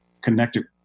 connected